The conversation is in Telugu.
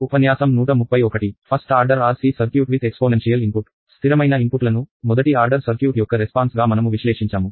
స్థిరమైన ఇన్పుట్లను మొదటి ఆర్డర్ సర్క్యూట్ యొక్క రెస్పాన్స్గా మనము విశ్లేషించాము